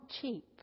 cheap